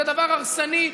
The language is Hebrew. זה דבר הרסני.